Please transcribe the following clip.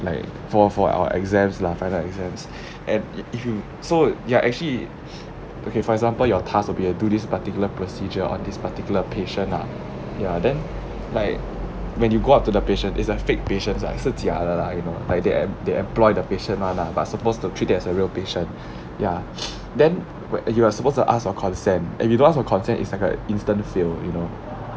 like for for our exams lah final exams if you so you are actually okay for example your task will be err do this particular procedure on this particular patient ah ya then like when you go out to the patient it's a fake patient lah 是假的 lah you know like they employ the patient [one] lah but suppose to treat it as a real patient ya then y~ you are supposed to ask for consent and if you don't ask for consent it'anats like a instant fail you know